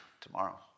tomorrow